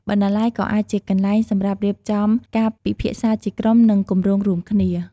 បណ្ណាល័យក៏អាចជាកន្លែងសម្រាប់រៀបចំការពិភាក្សាជាក្រុម និងគម្រោងរួមគ្នា។